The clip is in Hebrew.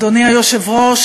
אדוני היושב-ראש,